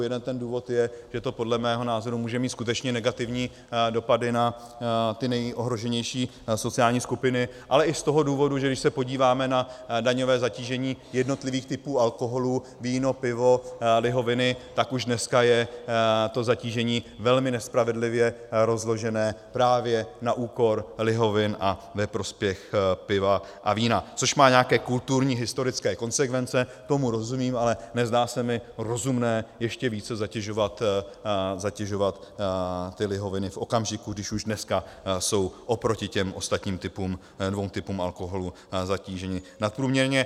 Jeden ten důvod je, že to podle mého názoru může mít skutečně negativní dopady na ty nejohroženější sociální skupiny, ale i z toho důvodu, že když se podíváme na daňové zatížení jednotlivých typů alkoholu víno, pivo, lihoviny , tak už dneska je to zatížení velmi nespravedlivě rozložené právě na úkor lihovin a ve prospěch piva a vína, což má nějaké kulturní historické konsekvence, tomu rozumím, ale nezdá se mi rozumné ještě více zatěžovat lihoviny v okamžiku, kdy už dneska jsou oproti těm ostatním dvěma typům alkoholu zatíženy nadprůměrně.